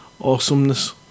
awesomeness